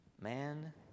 man